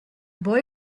boy